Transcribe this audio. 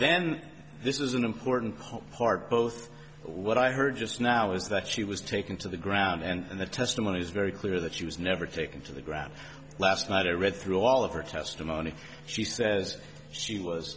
then this is an important part both what i heard just now is that she was taken to the ground and the testimony is very clear that she was never taken to the ground last night or read through all of her testimony she says she was